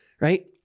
right